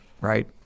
right